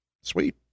Sweet